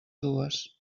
dues